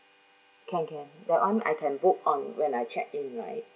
can can that one I can book on when I check in right